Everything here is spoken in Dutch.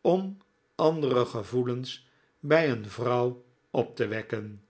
om andere gevoelens bij een vrouw op te wekken